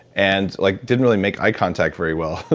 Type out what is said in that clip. and like didn't really make eye contact very well,